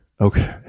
Okay